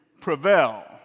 prevail